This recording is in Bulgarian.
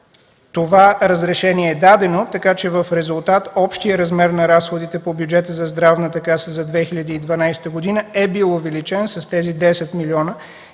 Това разрешение е дадено, така че в резултат общият размер на разходите по бюджета за Здравната каса за 2012 г. е бил увеличен с тези 10 млн.